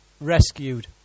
rescued